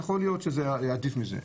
יכול להיות שזה עדיף מזה.